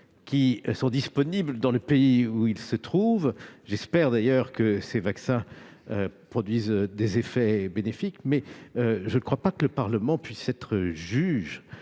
vaccins disponibles dans le pays où ils se trouvent ; j'espère d'ailleurs que ceux-ci produisent des effets bénéfiques. Mais je ne pense pas que le Parlement puisse être juge